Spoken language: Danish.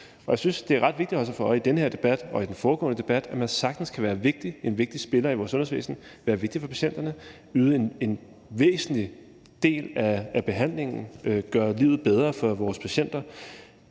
jeg synes, det er ret vigtigt at holde sig for øje i den her debat og i den foregående debat, at man sagtens kan være en vigtig spiller i vores sundhedsvæsen, være vigtig for patienterne, yde en væsentlig del af behandlingen og gøre livet bedre for vores patienter,